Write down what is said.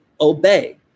obey